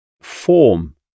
form